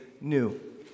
new